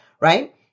right